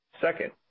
Second